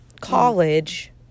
college